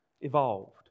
evolved